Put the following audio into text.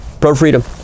Pro-freedom